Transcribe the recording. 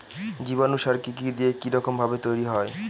জীবাণু সার কি কি দিয়ে কি রকম ভাবে তৈরি হয়?